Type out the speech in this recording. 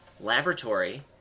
laboratory